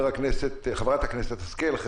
חברת הכנסת השכל, בבקשה.